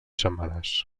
setmanes